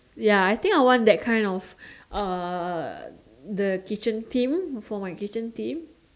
ya I think I want that kind of uh the kitchen theme for my kitchen theme